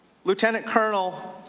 lieutenant colonel,